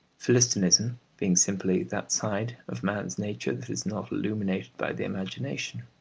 philistinism being simply that side of man's nature that is not illumined by the imagination.